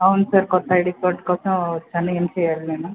అవును సార్ కొత్త ID card కోసం వచ్చాను ఏం చేయాలి నేను